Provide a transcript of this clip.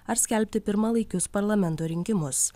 ar skelbti pirmalaikius parlamento rinkimus